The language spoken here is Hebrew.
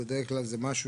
בדרך כלל זה משהו